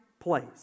place